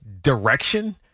direction